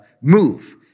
move